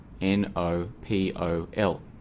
N-O-P-O-L